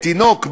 תינוק,